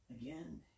Again